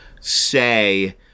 say